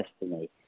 destiny